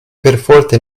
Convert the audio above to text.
perforte